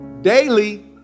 daily